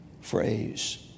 phrase